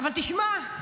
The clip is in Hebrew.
תשמע,